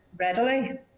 readily